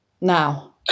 now